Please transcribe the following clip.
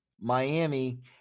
Miami